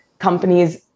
companies